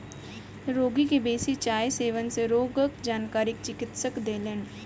रोगी के बेसी चाय सेवन सँ रोगक जानकारी चिकित्सक देलैन